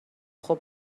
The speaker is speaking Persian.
خوب